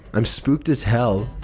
i'm spooked as hell.